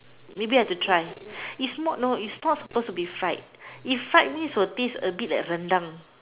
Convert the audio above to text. maybe I should try it's not no it's not suppose to be fried if fried means will taste a bit like rendang